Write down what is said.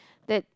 that